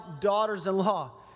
daughters-in-law